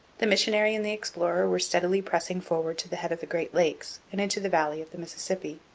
the missionary and the explorer were steadily pressing forward to the head of the great lakes and into the valley of the mississippi,